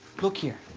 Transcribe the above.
look here.